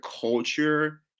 culture